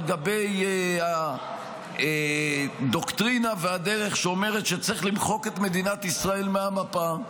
גבי הדוקטרינה והדרך שאומרות שצריך למחוק את מדינת ישראל מהמפה,